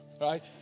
right